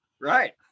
Right